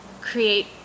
create